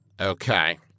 Okay